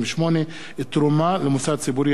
188) (תרומה למוסד ציבורי),